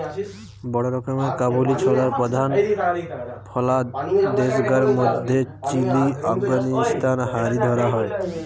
বড় রকমের কাবুলি ছোলার প্রধান ফলা দেশগার মধ্যে চিলি, আফগানিস্তান হারি ধরা হয়